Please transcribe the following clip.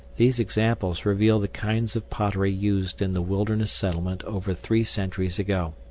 these examples reveal the kinds of pottery used in the wilderness settlement over three centuries ago.